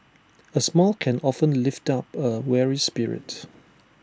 A smile can often lift up A weary spirit